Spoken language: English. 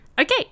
Okay